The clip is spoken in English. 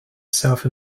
self